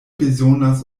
bezonas